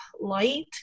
light